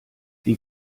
wie